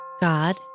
God